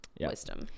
wisdom